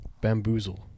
Bamboozle